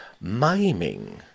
miming